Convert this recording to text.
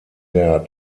der